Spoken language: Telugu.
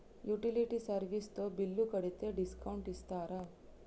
యుటిలిటీ సర్వీస్ తో బిల్లు కడితే డిస్కౌంట్ ఇస్తరా?